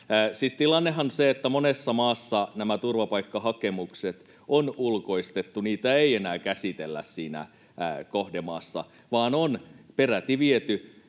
tilannehan on se, että monessa maassa turvapaikkahakemukset on ulkoistettu. Niitä ei enää käsitellä siinä kohdemaassa vaan on peräti viety